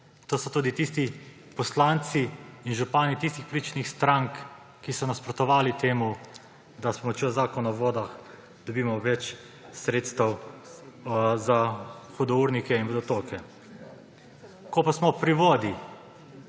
To so tudi tisti poslanci in župani tistih političnih strank, ki so nasprotovali temu, češ da z Zakonom o vodah dobimo več sredstev za hudournike in vodotoke. Ko pa smo pri vodi,